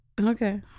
Okay